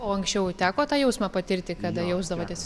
o anksčiau teko tą jausmą patirti kada jausdavotės